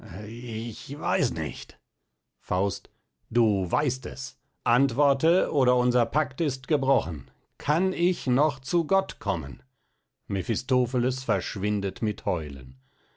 ich weiß nicht faust du weist es antworte oder unser pact ist gebrochen kann ich noch zu gott kommen mephistopheles verschwindet mit heulen